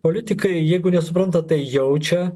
politikai jeigu nesupranta tai jaučia